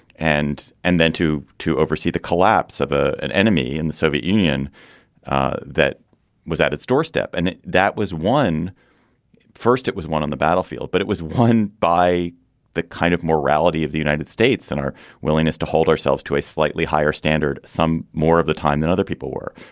and and then to to oversee the collapse of an an enemy in the soviet union ah that was at its doorstep. and that was one first. it was won on the battlefield, but it was won by the kind of morality of the united states and our willingness to hold ourselves to a slightly higher standard, some more of the time that other people were.